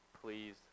please